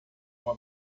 uma